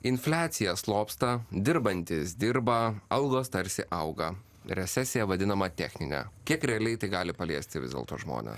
infliacija slopsta dirbantys dirba algos tarsi auga recesija vadinama technine kiek realiai tai gali paliesti vis dėlto žmonės